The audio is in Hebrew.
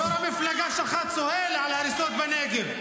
יו"ר המפלגה שלך צוהל על הריסות בנגב.